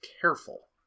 careful